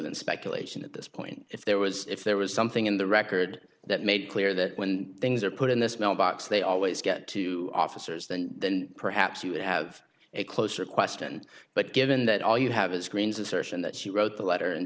than speculation at this point if there was if there was something in the record that made clear that when things are put in this mailbox they always get two officers then then perhaps you have a closer question but given that all you have is green's assertion that she wrote the letter and